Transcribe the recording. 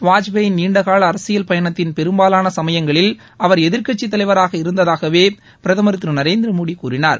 வாஜ்பேயின் நீண்டகால அரசியல் பயணத்தின் பெரும்பாவாள சமயங்களில் அவர் எதிர்க்கட்சித் தலைவராக இருந்ததாகவே பிரதமர் திரு நரேந்திர மோடி கூறினார்